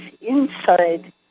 inside